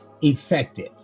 effective